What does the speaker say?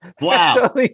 Wow